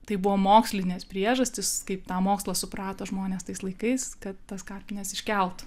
tai buvo mokslinės priežastys kaip tą mokslą suprato žmonės tais laikais kad tas kapines iškelt